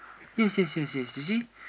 yes yes yes yes you see